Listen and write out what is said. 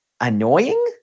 annoying